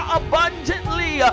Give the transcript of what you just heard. abundantly